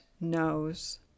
knows